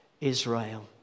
Israel